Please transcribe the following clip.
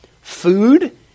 food